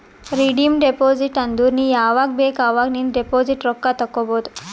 redeem deposit ಅಂದುರ್ ನೀ ಯಾವಾಗ್ ಬೇಕ್ ಅವಾಗ್ ನಿಂದ್ ಡೆಪೋಸಿಟ್ ರೊಕ್ಕಾ ತೇಕೊಬೋದು